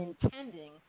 intending